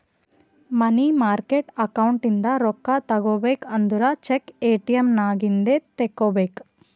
ಮನಿ market account ಇಂದ ರೊಕ್ಕಾ ತಗೋಬೇಕು ಅಂದುರ್ ಚೆಕ್, ಎ.ಟಿ.ಎಮ್ ನಾಗ್ ಇಂದೆ ತೆಕ್ಕೋಬೇಕ್